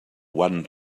one